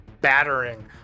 battering